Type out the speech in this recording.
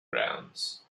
grounds